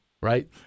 right